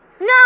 No